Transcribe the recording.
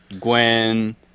gwen